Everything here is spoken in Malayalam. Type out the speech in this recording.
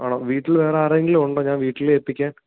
ആണോ വീട്ടീൽ വേറെ ആരെങ്കിലും ഉണ്ടോ ഞാൻ വീട്ടിലെത്തിക്കാൻ